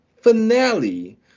finale